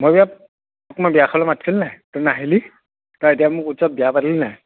মোৰ বিয়াত তোক মই বিয়া খাবলে মাতিছিলি নাই তই নাহিলি তই এতিয়া মোক সুধিছ বিয়া পাতিলি নে নাই